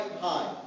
high